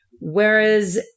Whereas